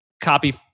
copy